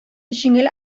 җиңел